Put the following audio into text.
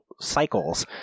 cycles